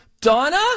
donna